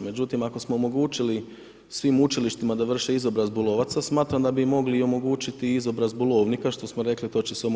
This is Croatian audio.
Međutim, ako smo omogućili svim učilištima da vrše izobrazbu lovaca, smatram da bi mogli i omogućiti izobrazbu lovnika, što smo rekli, to će se